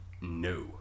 no